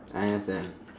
I understand